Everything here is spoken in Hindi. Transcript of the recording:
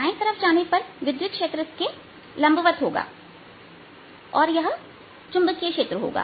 दाएं तरफ जाने पर विद्युत क्षेत्र इसके लंबवत होगा और यह चुंबकीय क्षेत्र होगा